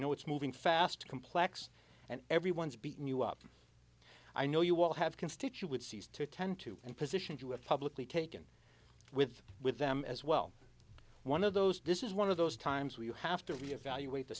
know it's moving fast complex and everyone's beating you up i know you all have constituencies to attend to and positions you have publicly taken with with them as well one of those does is one of those times where you have to re evaluate the